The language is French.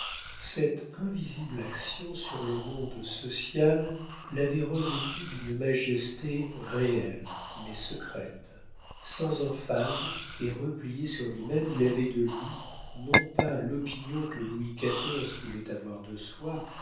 cette invisible action sur le monde social l'avait revêtu d'une majesté réelle mais secrète sans emphase et repliée sur lui-même il avait de lui non pas l'opinion que louis xiv pouvait avoir de soi